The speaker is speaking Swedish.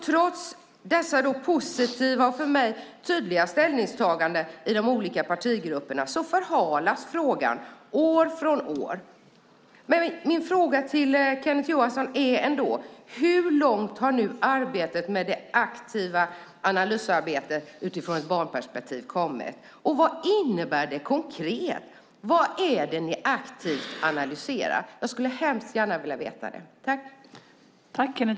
Trots dessa positiva och för mig tydliga ställningstaganden i de olika partigrupperna förhalas frågan år från år. Min fråga till Kenneth Johansson är ändå: Hur långt har det aktiva analysarbetet utifrån ett barnperspektiv kommit? Vad innebär det konkret? Vad är det ni aktivt analyserar? Jag skulle gärna vilja veta det.